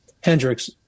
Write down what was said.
Hendricks